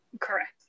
correct